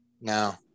No